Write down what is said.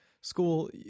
School